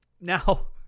Now